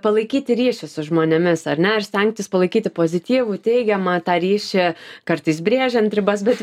palaikyti ryšį su žmonėmis ar ne ir stengtis palaikyti pozityvų teigiamą tą ryšį kartais brėžiant ribas bet